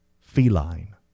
feline